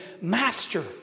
Master